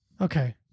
Okay